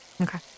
Okay